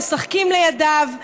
משחקים לידיו.